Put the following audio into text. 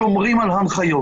שומרים על הנחיות,